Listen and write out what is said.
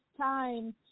time